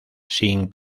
sin